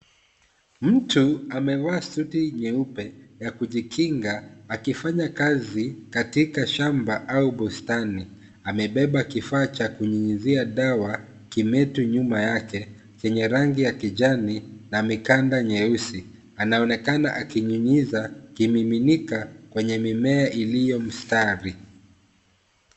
Mtu amevaa suti nyeupe ya kujikinga, akifanya kazi katika shamba au bustani, amebeba kifaa cha kunyunyizia dawa, kimeto nyuma yake, chenye rangi ya kijani na mikanda nyeusi. Anaonekana akinyunyiza, kimiminika kwenye mimea ilio mstari.